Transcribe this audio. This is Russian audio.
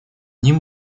ним